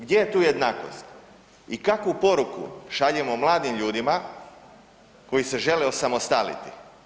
Gdje je tu jednakost i kakvu poruku šaljemo mladim ljudima koji se žele osamostaliti?